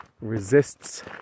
resists